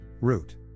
Root